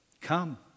come